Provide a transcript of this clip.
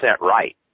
right